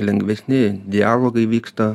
lengvesni dialogai vyksta